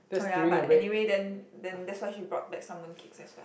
oh ya but anyway then then that's why she brought back some mooncakes as well